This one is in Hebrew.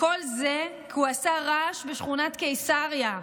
כל זה כי הוא עשה רעש בשכונת קיסריה.